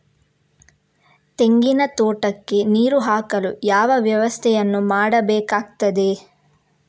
ತೆಂಗಿನ ತೋಟಕ್ಕೆ ನೀರು ಹಾಕಲು ಯಾವ ವ್ಯವಸ್ಥೆಯನ್ನು ಮಾಡಬೇಕಾಗ್ತದೆ?